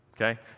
okay